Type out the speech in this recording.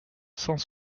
cent